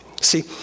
See